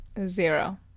Zero